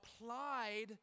applied